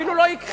אפילו לא הכחישה,